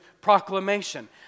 proclamation